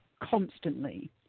constantly